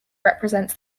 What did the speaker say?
represents